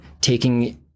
taking